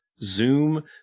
Zoom